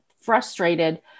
frustrated